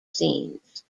scenes